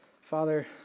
Father